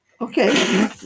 Okay